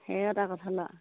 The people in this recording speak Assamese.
সেইও এটা কথা